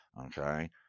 Okay